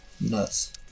Nuts